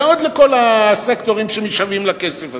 ועוד לכל הסקטורים שמשוועים לכסף הזה.